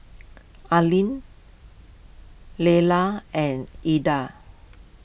Aylin Layla and Edra